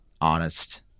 honest